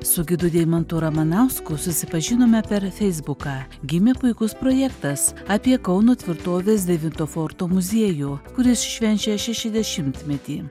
su gidu deimantu ramanausku susipažinome per feisbuką gimė puikus projektas apie kauno tvirtovės devinto forto muziejų kuris švenčia šešiasdešimtmetį